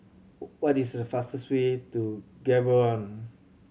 what is the fastest way to Gaborone